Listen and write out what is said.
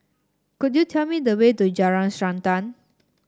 could you tell me the way to Jalan Srantan